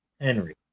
Henry